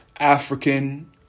African